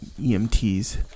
EMTs